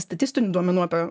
statistinių duomenų apie